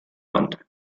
want